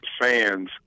fans